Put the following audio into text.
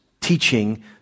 teaching